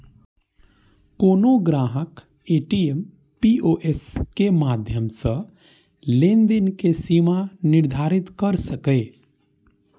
कोनो ग्राहक ATM, POS के माध्यम सं लेनदेन के सीमा निर्धारित कैर सकैए